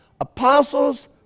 apostles